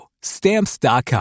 Stamps.com